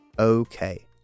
okay